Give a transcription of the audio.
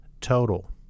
total